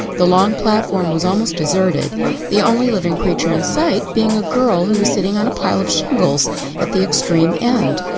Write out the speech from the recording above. the long platform was almost deserted the only living creature in sight being a girl who was sitting on a pile of shingles at the extreme end.